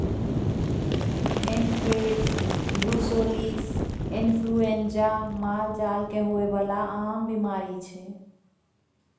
anthrax, brucellosis influenza मालजाल केँ होइ बला आम बीमारी छै